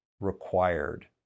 required